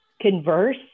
converse